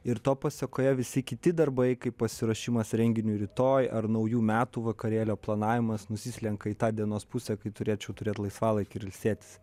ir to pasekoje visi kiti darbai kaip pasiruošimas renginiui rytoj ar naujų metų vakarėlio planavimas nusislenka į tą dienos pusę kai turėčiau turėt laisvalaikį ir ilsėtis